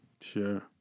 Sure